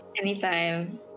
Anytime